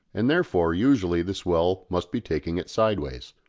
and therefore usually the swell must be taking it sideways.